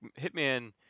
Hitman